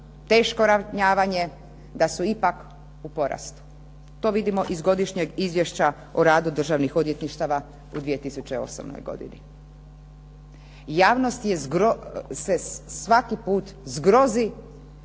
teško ranjavanje da su ipak u porastu. To vidimo iz godišnjih izvješća o radu Državnih odvjetništava u 2009. godini. Javnost se svaki put zgrozi